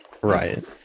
Right